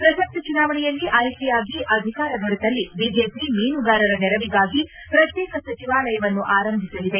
ಪ್ರಸಕ್ತ ಚುನಾವಣೆಯಲ್ಲಿ ಆಯ್ಕೆಯಾಗಿ ಅಧಿಕಾರ ದೊರೆತಲ್ಲಿ ಬಿಜೆಪಿ ಮೀನುಗಾರರ ನೆರವಿಗಾಗಿ ಪ್ರತ್ಯೇಕ ಸಚಿವಾಲಯವನ್ನು ಆರಂಭಿಸಲಿದೆ